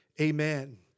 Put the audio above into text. amen